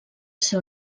ser